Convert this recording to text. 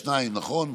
שניים, נכון?